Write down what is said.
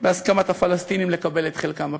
בהסכמת הפלסטינים לקבל את חלקם בפיצויים,